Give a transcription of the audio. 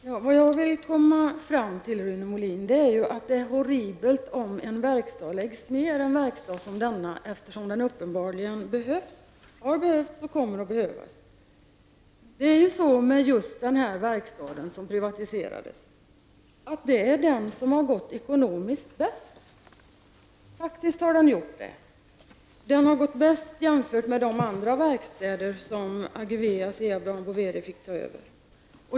Herr talman! Vad jag vill komma fram till, Rune Molin, är att det är horribelt om en verkstad som denna läggas ned, eftersom den uppenbarligen har behövts och kommer att behövas. Just denna verkstad som privatiserades är den som faktiskt har gått ekonomiskt bäst. Den har gått bäst jämfört med de andra verkstäder som Asea Brown Boveri Ageve fick ta över.